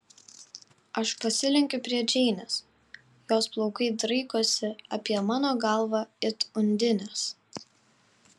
aš pasilenkiu prie džeinės jos plaukai draikosi apie mano galvą it undinės